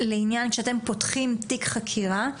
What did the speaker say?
לעניין כשאתם פותחים תיק חקירה,